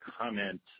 comment